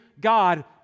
God